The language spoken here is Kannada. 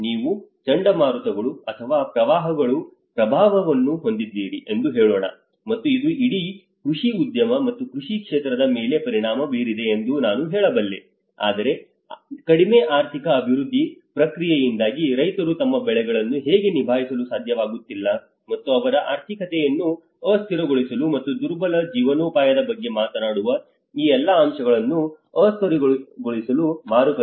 ನೀವು ಚಂಡಮಾರುತಗಳು ಅಥವಾ ಪ್ರವಾಹಗಳ ಪ್ರಭಾವವನ್ನು ಹೊಂದಿದ್ದೀರಿ ಎಂದು ಹೇಳೋಣ ಮತ್ತು ಇದು ಇಡೀ ಕೃಷಿ ಉದ್ಯಮ ಮತ್ತು ಕೃಷಿ ಕ್ಷೇತ್ರದ ಮೇಲೆ ಪರಿಣಾಮ ಬೀರಿದೆ ಎಂದು ನಾನು ಹೇಳಬಲ್ಲೆ ಆದರೆ ಕಡಿಮೆ ಆರ್ಥಿಕ ಅಭಿವೃದ್ಧಿ ಪ್ರಕ್ರಿಯೆಯಿಂದಾಗಿ ರೈತರು ತಮ್ಮ ಬೆಳೆಗಳನ್ನು ಹೇಗೆ ನಿಭಾಯಿಸಲು ಸಾಧ್ಯವಾಗುತ್ತಿಲ್ಲ ಮತ್ತು ಅವರ ಆರ್ಥಿಕತೆಯನ್ನು ಅಸ್ಥಿರಗೊಳಿಸಲು ಮತ್ತು ದುರ್ಬಲ ಜೀವನೋಪಾಯದ ಬಗ್ಗೆ ಮಾತನಾಡುವ ಈ ಎಲ್ಲಾ ಅಂಶಗಳನ್ನು ಅಸ್ಥಿರಗೊಳಿಸಲು ಮಾರುಕಟ್ಟೆ ಹೇಗಿದೆ